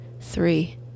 three